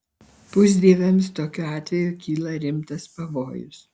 pusdieviams tokiu atveju kyla rimtas pavojus